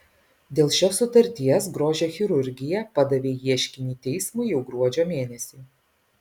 dėl šios sutarties grožio chirurgija padavė ieškinį teismui jau gruodžio mėnesį